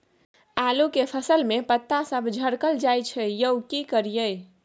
आलू के फसल में पता सब झरकल जाय छै यो की करियैई?